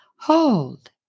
Hold